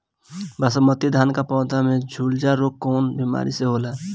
बासमती धान क पौधा में झुलसा रोग कौन बिमारी से होला?